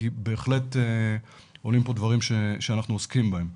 בהחלט עולים פה דברים שאנחנו עוסקים בהם.